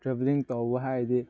travelling ꯇꯧꯕ ꯍꯥꯏꯔꯗꯤ